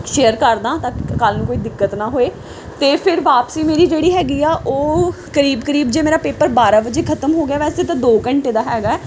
share ਕਰ ਦਾਂ ਤਾਂ ਕਿ ਕੱਲ੍ਹ ਨੂੰ ਕੋਈ ਦਿੱਕਤ ਨਾ ਹੋਵੇ ਅਤੇ ਫਿਰ ਵਾਪਸੀ ਮੇਰੀ ਜਿਹੜੀ ਹੈਗੀ ਆ ਉਹ ਕਰੀਬ ਕਰੀਬ ਜੇ ਮੇਰਾ ਪੇਪਰ ਬਾਰਾਂ ਵਜੇ ਖਤਮ ਹੋ ਗਿਆ ਵੈਸੇ ਤਾਂ ਦੋ ਘੰਟੇ ਦਾ ਹੈਗਾ